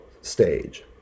stage